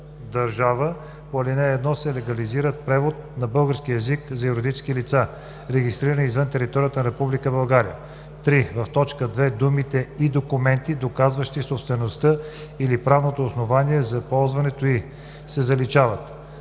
държава по ал. 1 в легализиран превод на български език за юридически лица, регистрирани извън територията на Република България;“. 3. В т. 2 думите „и документи, доказващи собствеността или правното основание за ползването й“ се заличават.